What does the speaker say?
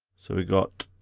so we've got,